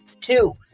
Two